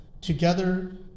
Together